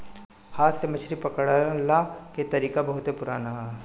हाथ से मछरी पकड़ला के तरीका बहुते पुरान ह